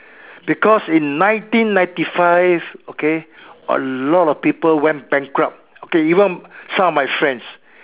because in nineteen ninety five okay a lot of people went bankrupt okay even some of my friends